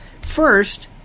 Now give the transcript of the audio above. First